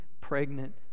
pregnant